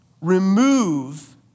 Remove